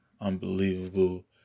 Unbelievable